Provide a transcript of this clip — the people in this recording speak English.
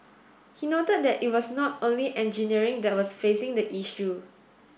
he noted that it was not only engineering that was facing the issue